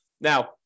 Now